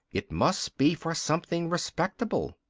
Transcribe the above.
it must be for something respectable.